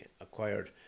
acquired